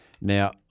now